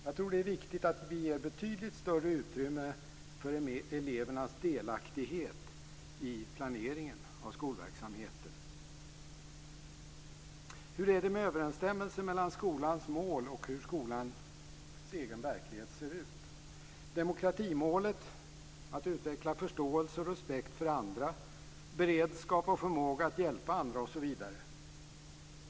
Jag tror att det är viktigt att vi ger betydligt större utrymme för elevernas delaktighet i planeringen av skolverksamheten. Hur är det med överensstämmelsen mellan skolans mål och hur skolans egen verklighet ser ut - demokratimålet, att utveckla förståelse och respekt för andra, beredskap och förmåga att hjälpa andra osv.?